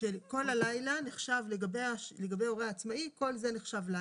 שכל הלילה נחשב לגבי הורה עצמאי, כל זה נחשב לילה.